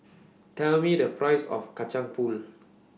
Tell Me The Price of Kacang Pool